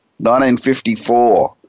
1954